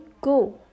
go